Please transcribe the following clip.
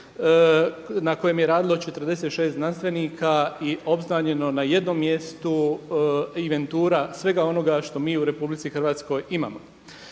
na kojem je radilo 46 znanstvenika i obznanjeno na jednom mjestu, inventura svega onoga što mi u Republici Hrvatskoj imamo.